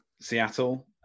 Seattle